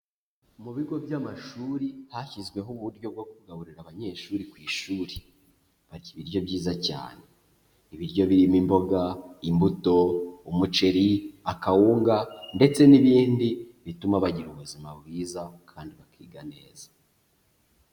Mu bigo by'amashuri hashyizweho uburyo bwo kugaburira abanyeshuri ku ishuri, barya ibiryo byiza cyane. Ibiryo birimo imboga, imbuto, umuceri, akawunga, ndetse n'ibindi bituma bagira ubuzima bwiza, kandi bakiga neza.